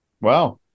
wow